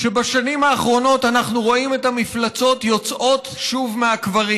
שבשנים האחרונות אנחנו רואים את המפלצות יוצאות שוב מהקברים,